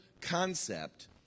concept